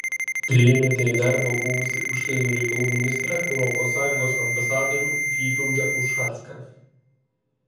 priėmėte į darbą buvusį užsienio reikalų ministrą europos sąjungos ambasadorių vygaudą ušacką